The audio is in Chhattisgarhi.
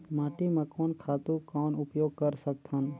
माटी म कोन खातु कौन उपयोग कर सकथन?